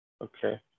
Okay